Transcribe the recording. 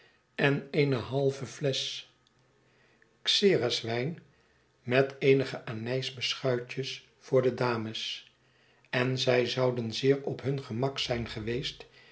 en eene halve flesch xereswijn met eenige anysbeschuitjes voor de dames en zij zouden zeer op hun gemak zijn geweest